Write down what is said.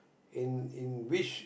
in in which